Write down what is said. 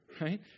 right